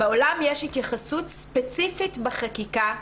בעולם יש התייחסות ספציפית בחקיקה.